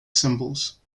symbols